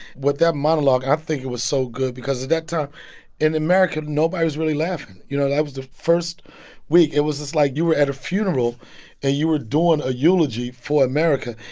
what that monologue i think it was so good because at that time in america, nobody was really laughing, you know? that was the first week. it was just like you were at a funeral and you were doing a eulogy for america.